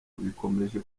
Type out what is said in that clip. bikomeje